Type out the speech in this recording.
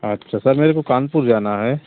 अच्छा सर मेरे को कानपुर जाना है